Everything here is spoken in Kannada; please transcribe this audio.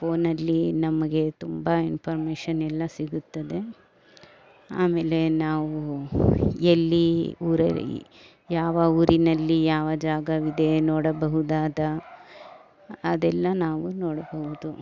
ಫೋನಲ್ಲಿ ನಮಗೆ ತುಂಬ ಇನ್ಫರ್ಮೇಷನ್ ಎಲ್ಲ ಸಿಗುತ್ತದೆ ಆಮೇಲೆ ನಾವು ಎಲ್ಲಿ ಊರಲ್ಲಿ ಯಾವ ಊರಿನಲ್ಲಿ ಯಾವ ಜಾಗವಿದೆ ನೋಡಬಹುದಾದ ಅದೆಲ್ಲ ನಾವು ನೋಡಬಹುದು